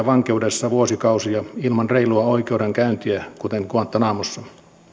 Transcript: vankeudessa vuosikausia ilman reilua oikeudenkäyntiä kuten guantanamossa